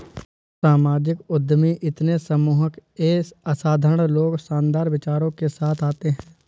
सामाजिक उद्यमी इतने सम्मोहक ये असाधारण लोग शानदार विचारों के साथ आते है